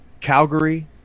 Calgary